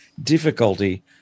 difficulty